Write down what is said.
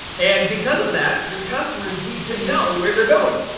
and because of that, your customers need to know where they're going.